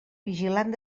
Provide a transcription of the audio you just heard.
vigilant